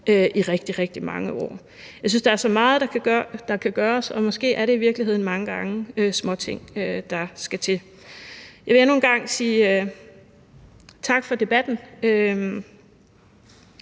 i rigtig, rigtig mange år. Jeg synes, der er så meget, der kan gøres, og måske er det i virkeligheden mange gange småting, der skal til. Jeg vil endnu en gang sige tak for debatten.